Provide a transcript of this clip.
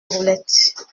roulettes